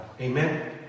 Amen